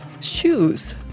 Shoes